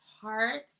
heart